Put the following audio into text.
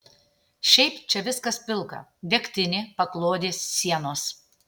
šiaip čia viskas pilka degtinė paklodės sienos